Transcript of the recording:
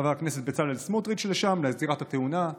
חבר הכנסת בצלאל סמוטריץ', לשם, לזירת התאונה.